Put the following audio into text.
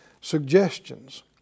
suggestions